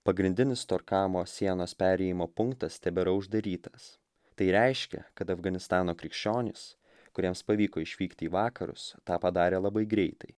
pagrindinis torkamo sienos perėjimo punktas tebėra uždarytas tai reiškia kad afganistano krikščionys kuriems pavyko išvykti į vakarus tą padarė labai greitai